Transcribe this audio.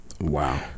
Wow